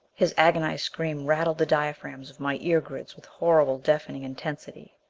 his agonized scream rattled the diaphragms of my ear grids with horrible, deafening intensity.